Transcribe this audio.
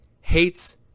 hates